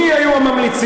מי היו הממליצים,